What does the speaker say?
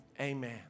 Amen